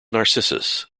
narcissus